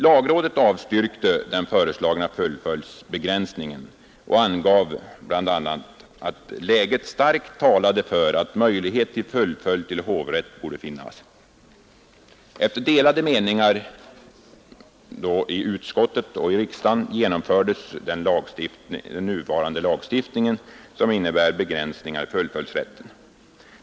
Lagrådet avstyrkte den föreslagna fullföljdsbegränsningen och angav bl.a. att läget starkt talade för att möjlighet till fullföljd till hovrätt borde finnas. Efter delade meningar i utskottet och i riksdagen genomfördes den nuvarande lagstiftningen, som innebär begränsningar i fullföljdsrätten.